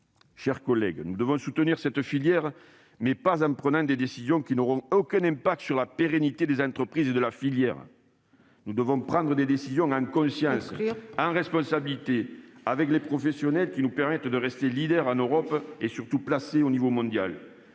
chers collègues, nous devons soutenir cette filière, mais pas en prenant des décisions qui n'auront aucun effet sur la pérennité de ses entreprises. Nous devons prendre des décisions en conscience et en responsabilité, avec les professionnels qui nous permettent de rester leader en Europe et toujours placés au niveau mondial.